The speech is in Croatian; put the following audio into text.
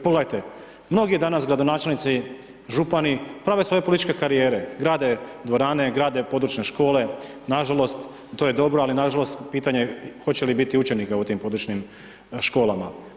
Pogledajte mnogi danas gradonačelnici, župani, prave svoje političke karijere, grade dvorane, grade područne škole, nažalost, to je dobro, ali nažalost, pitanje je hoće li biti učenika u tim područnim školama.